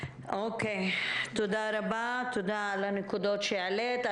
תודה רבה, תודה על הנקודות שהעלית.